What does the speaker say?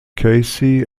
casey